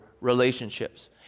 relationships